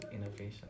innovation